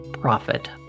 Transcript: profit